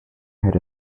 had